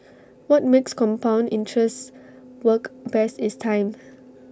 what makes compound interest work best is time